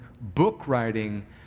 book-writing